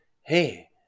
Hey